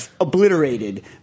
obliterated